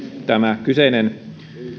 tämä kyseinen